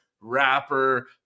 rapper